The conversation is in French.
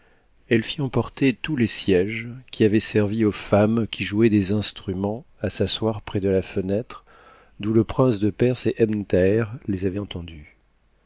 elle fit emporter tous les sièges qui avaient servi aux femmes qui jouaient des instruments à asseoir près de la fenêtre d'où le prince de perse et ebn thaber les avaient entendues